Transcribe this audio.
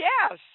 Yes